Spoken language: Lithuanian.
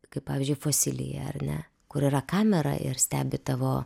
kaip pavyzdžiui fosilija ar ne kur yra kamera ir stebi tavo